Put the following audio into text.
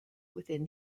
within